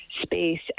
space